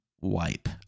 wipe